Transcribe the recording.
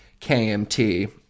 KMT